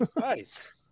nice